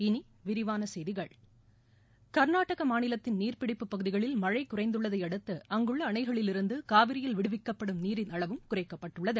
இனி விரிவான செய்திகள் க்நாடக மாநிலத்தின் நீர்பிடிப்புப் பகுதிகளில் மழை குறைந்ததை அடுத்து அங்குள்ள அணைகளிலிருந்து காவிரியில் விடுவிக்கப்படும் தண்ணீரின் அளவும் குறைக்கப்பட்டுள்ளது